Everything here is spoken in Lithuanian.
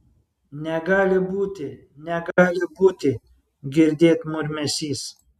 negali būti negali būti girdėt murmesys